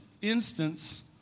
instance